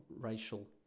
racial